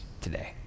today